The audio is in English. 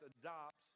adopts